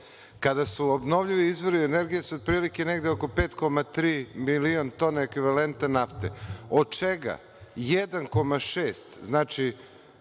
kada su obnovljivi izvori energije, su otprilike negde oko 5,3 milion ekvivalentne nafte. Od čega? Dakle,